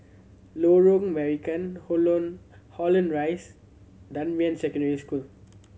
Lorong Marican Holland Rise and Dunman Secondary School